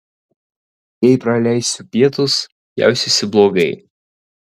jei praleisiu pietus jausiuosi blogai